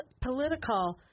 political